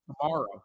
Tomorrow